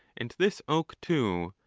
and this oak, too,